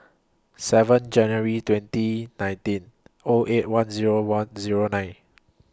seven January twenty nineteen O eight one Zero one Zero nine